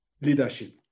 leadership